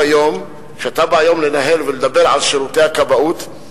כשאתה בא היום לדבר על שירותי הכבאות,